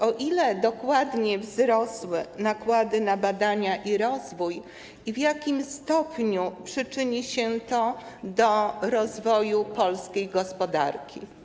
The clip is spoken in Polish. O ile dokładnie wzrosły nakłady na badania i rozwój i w jakim stopniu przyczyni się to do rozwoju polskiej gospodarki?